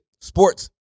sports